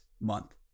month